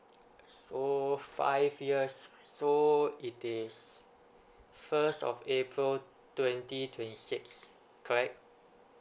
so five years so it is first of april twenty twenty six correct